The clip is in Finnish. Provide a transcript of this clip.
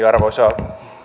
arvoisa